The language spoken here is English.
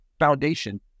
foundation